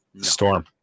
storm